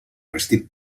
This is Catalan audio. vestit